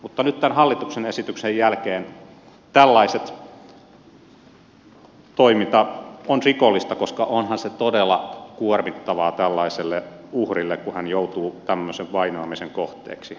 mutta nyt tämän hallituksen esityksen jälkeen tällainen toiminta on rikollista koska onhan se todella kuormittavaa tällaiselle uhrille kun hän joutuu tämmöisen vainoamisen kohteeksi